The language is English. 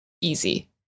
easy